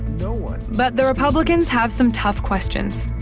munn but the republicans have some tough questions.